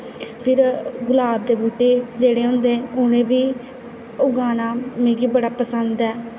फिर गुलाब दे बूह्टे जेह्ड़े होंदे उ'नें गी बी उगाना मिगी बड़ा पसंद ऐ